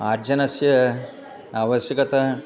अर्जनस्य आवश्यकता